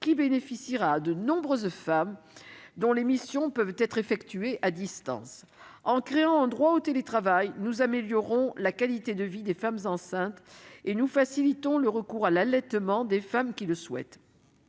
qui bénéficiera à de nombreuses femmes dont les missions peuvent être effectuées à distance. En créant un droit au télétravail, nous améliorons la qualité de vie des femmes enceintes et nous facilitons le recours à l'allaitement pour les femmes qui le souhaitent.